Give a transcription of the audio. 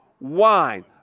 wine